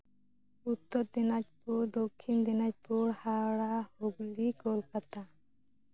Uttar Dinajpur Dakshin Dinajpur Howrah Hooghly Kolkata